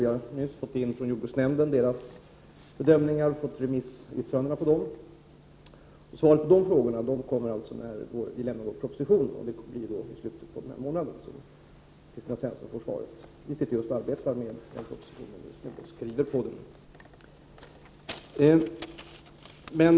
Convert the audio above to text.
Vi har nyss fått in jordbruksnämndens bedömningar och remissyttrandena över dem. Kristina Svensson får alltså svar på sina frågor när vi lämnar vår proposition, vilket blir i slutet av den här månaden. Regeringen arbetar just med propositionen.